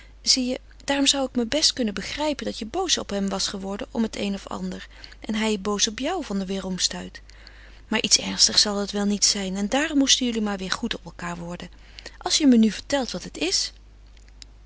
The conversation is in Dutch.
zie je daarom zou ik me best kunnen begrijpen dat je boos op hem was geworden om het een of ander en hij boos op jou van den weêromstuit maar iets ernstigs zal het wel niet zijn en daarom moesten jullie maar weêr goed op elkaâr worden als je me nu vertelt wat het is